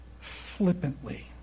flippantly